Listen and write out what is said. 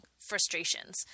frustrations